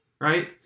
right